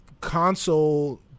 console